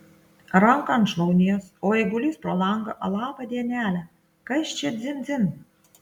ranką ant šlaunies o eigulys pro langą labą dienelę kas čia dzin dzin